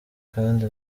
kandi